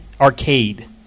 Arcade